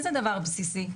זה דבר בסיסי.